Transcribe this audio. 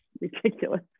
ridiculous